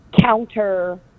counter